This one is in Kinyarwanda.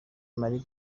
marie